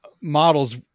models